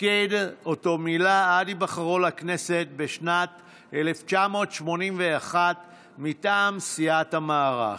תפקד שאותו מילא עד היבחרו לכנסת בשנת 1981 מטעם סיעת המערך.